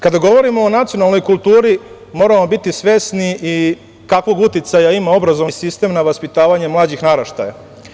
Kada govorimo o nacionalnoj kulturi, moramo biti svesni i kakvog uticaja ima obrazovni sistem na vaspitavanje mlađih naraštaja.